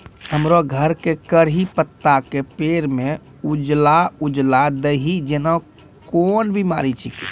हमरो घर के कढ़ी पत्ता के पेड़ म उजला उजला दही जेना कोन बिमारी छेकै?